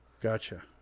gotcha